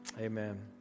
Amen